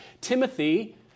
Timothy